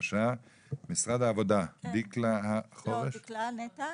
משרד העבודה, נטע.